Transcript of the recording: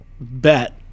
bet